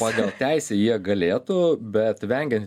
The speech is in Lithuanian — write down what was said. pagal teisę jie galėtų bet vengiant